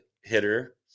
hitter